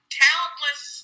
talentless